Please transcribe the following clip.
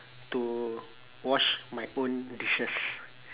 to wash my own dishes